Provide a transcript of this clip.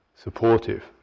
Supportive